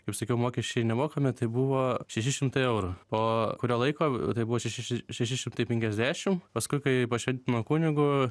kaip sakiau mokesčiai nemokami tai buvo šeši šimtai eurų po kurio laiko tai buvo šeši šeši šimtai penkiasdešim paskui kai pašventino kunigu